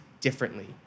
differently